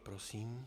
Prosím.